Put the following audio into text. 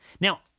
Now